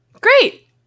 Great